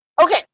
Okay